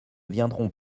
viendront